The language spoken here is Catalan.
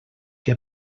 que